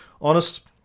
honest